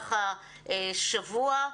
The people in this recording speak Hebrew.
במהלך השבוע.